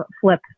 flip